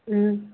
ꯎꯝ